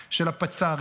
של הפצ"רית.